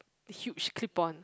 huge clip on